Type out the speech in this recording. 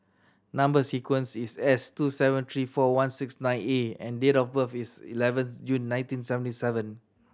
number sequence is S two seven three four one six nine A and date of birth is eleventh June nineteen seventy seven